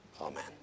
amen